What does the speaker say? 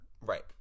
Right